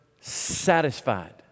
satisfied